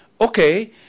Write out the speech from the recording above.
Okay